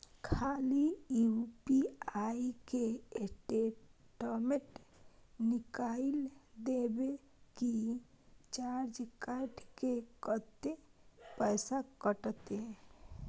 खाली यु.पी.आई के स्टेटमेंट निकाइल देबे की चार्ज कैट के, कत्ते पैसा कटते?